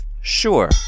Sure